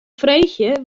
freegje